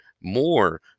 more